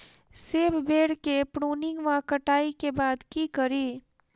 सेब बेर केँ प्रूनिंग वा कटाई केँ बाद की करि?